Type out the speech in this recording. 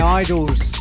idols